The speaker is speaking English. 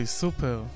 super